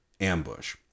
ambush